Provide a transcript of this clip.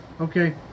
Okay